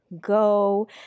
go